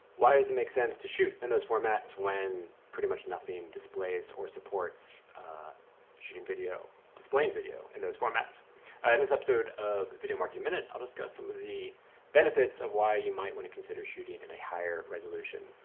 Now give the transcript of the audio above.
why does it make sense to shoot in those formats when pretty much nothing displays or supports a shooting video or displaying video in those formats? ah in this episode of video marketing minute, i'll discuss some of the benefits of why you might wanna consider shooting in a higher resolution.